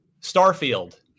Starfield